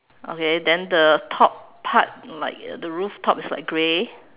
okay then the top part like the rooftop is like grey